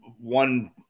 one